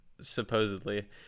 supposedly